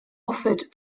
offered